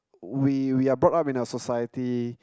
we we are brought up in a society